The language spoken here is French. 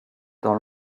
dans